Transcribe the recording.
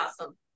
awesome